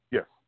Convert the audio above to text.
Yes